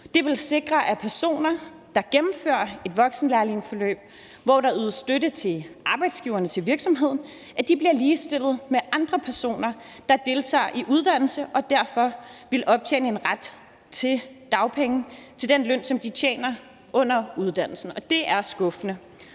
Det vil sikre, at personer, der gennemfører et voksenlærlingeforløb, hvor der ydes støtte til arbejdsgiverne, til virksomheden, bliver ligestillet med andre personer, der deltager i uddannelse og derfor vil optjene en ret til dagpenge til den løn, som de tjener under uddannelsen. Det er skuffende.